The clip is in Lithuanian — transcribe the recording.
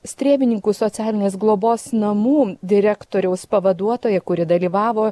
strėvininkų socialinės globos namų direktoriaus pavaduotoja kuri dalyvavo